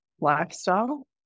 lifestyle